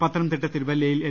പത്തനംതിട്ട തിരുവല്ലയിൽ എൽ